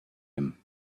him